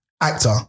Actor